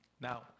Now